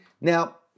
Now